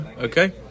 okay